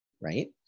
right